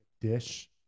dish